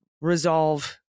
resolve